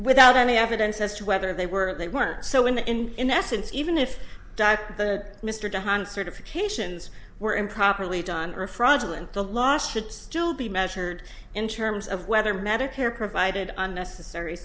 without any evidence as to whether they were they were so in the end in essence even if the mr de haan certifications were improperly done or fraudulent the law should still be measured in terms of whether medicare provided unnecessary